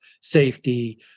safety